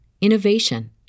innovation